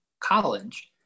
college